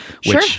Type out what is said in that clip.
Sure